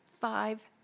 five